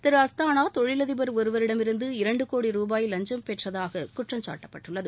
திரு அஸ்தானா தொழிலதிபர் ஒருவரிடமிருந்து இரண்டு கோடி ரூபாய் குற்றம்சாட்டப்பட்டுள்ளது